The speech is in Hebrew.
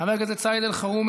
חבר הכנסת סעיד אלחרומי,